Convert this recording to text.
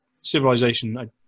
civilization